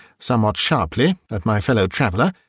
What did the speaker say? somewhat sharply at my fellow-traveller,